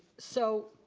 so,